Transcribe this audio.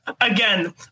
again